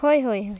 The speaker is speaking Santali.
ᱦᱳᱭ ᱦᱳᱭ ᱦᱳᱭ